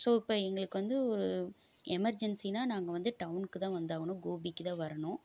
so இப்போ எங்களுக்கு வந்து ஒரு எமர்ஜெண்சின்னா நாங்கள் வந்து டவுனுக்கு தான் வந்தாகணும் கோபிக்கிதான் வரணும்